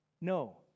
no